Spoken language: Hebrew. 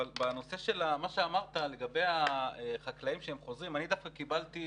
אבל בנושא של מה שאמרת לגבי החקלאים שחוזרים אני דווקא קיבלתי